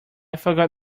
forgot